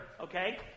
okay